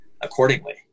accordingly